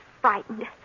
frightened